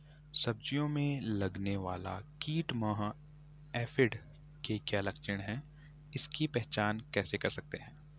सब्जियों में लगने वाला कीट माह एफिड के क्या लक्षण हैं इसकी पहचान कैसे कर सकते हैं?